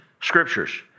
Scriptures